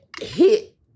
hit